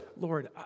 Lord